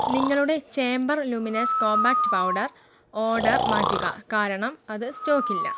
നിങ്ങളുടെ Chambor luminous compact powder order മാറ്റുക കാരണം അത് സ്റ്റോക്ക് ഇല്ല